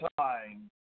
time